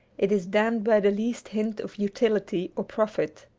it is damned by the least hint of utility or profit.